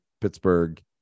Pittsburgh